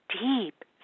deep